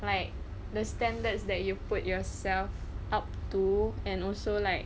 like the standards that you put yourself up to and also like